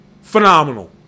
Phenomenal